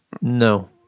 no